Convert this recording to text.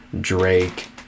drake